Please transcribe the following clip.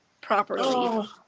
properly